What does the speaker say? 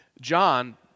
John